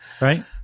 right